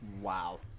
Wow